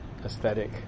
aesthetic